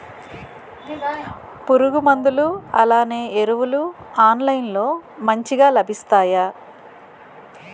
పురుగు మందులు అలానే ఎరువులు ఆన్లైన్ లో మంచిగా లభిస్తాయ?